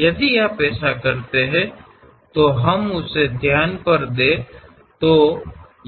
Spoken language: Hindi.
यदि आप ऐसा करते हैं तो हम उस पर ध्यान दें